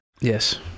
yes